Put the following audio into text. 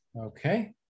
okay